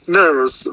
nervous